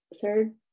third